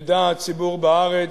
ידע הציבור בארץ,